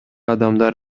адамдар